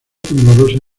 temblorosa